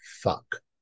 Fuck